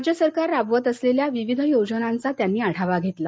राज्य सरकार राबवत असलेल्या विविध योजनांचा त्यांनी आढावा घेतला